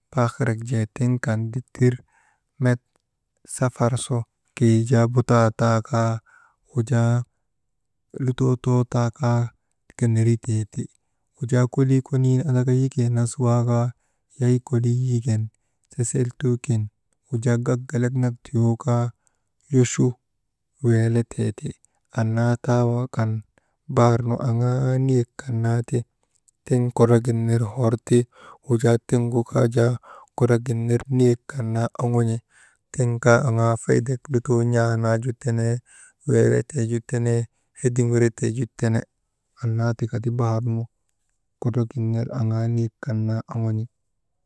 Baakhirak jee tiŋ dittir met safar su keyi jaa subba taa kaa, wujaa lutoo too taa kaa keneritee ti. Wujaa kolii konii andaka yikee nas waakaa yay kolii yiken seseltuu kin wujaa gak gelek nak tuyoo kaa, yochu weeletee ti. Annaa taa waŋ kan bahar nu aŋaa niyek kan naa ti tiŋ kodrogin ner horti, wujaa tiŋgu kaa jaa kodrogin ner niyek kan naa oŋon̰i. Tiŋ kaa jaa faydek lutoo n̰aa naa ju tenee, weeletee ju tenee, hedimwiretee ju tenee, annaa tika ti bahar nu kodrogin ner aŋaa niyek kan naa oŋon̰i.